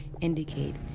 indicate